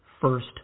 First